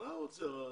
בשעה